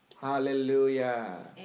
Hallelujah